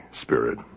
spirit